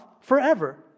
forever